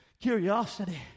Curiosity